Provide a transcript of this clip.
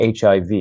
hiv